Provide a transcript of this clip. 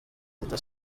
teta